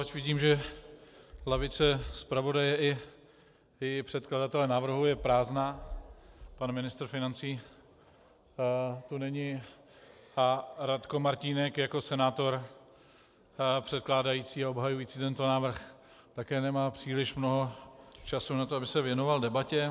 Vidím, že lavice zpravodaje i předkladatele návrhu je prázdná, pan ministr financí tu není a Radko Martínek jako senátor předkládající a obhajující tento návrh také nemá příliš mnoho času na to, aby se věnoval debatě.